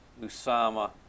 Lusama